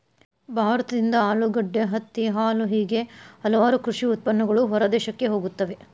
ಭಾರತದಿಂದ ಆಲೂಗಡ್ಡೆ, ಹತ್ತಿ, ಹಾಲು ಹೇಗೆ ಹಲವಾರು ಕೃಷಿ ಉತ್ಪನ್ನಗಳು ಹೊರದೇಶಕ್ಕೆ ಹೋಗುತ್ತವೆ